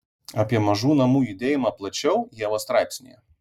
apie mažų namų judėjimą plačiau ievos straipsnyje